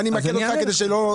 אני אמקד אותך.